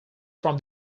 from